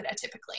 typically